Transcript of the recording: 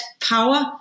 power